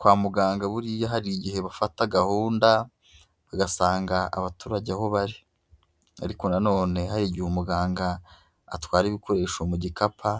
Kwa muganga buriya hari igihe bafata gahunda, bagasanga abaturage aho bari, ariko nanone hari igihe umuganga atwara ibikoresho mu gikapa